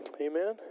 amen